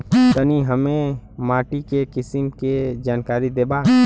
तनि हमें माटी के किसीम के जानकारी देबा?